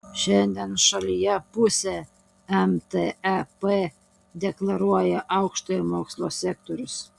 šiandien šalyje pusę mtep deklaruoja aukštojo mokslo sektorius